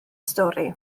stori